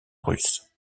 russe